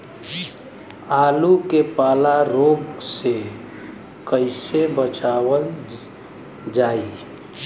आलू के पाला रोग से कईसे बचावल जाई?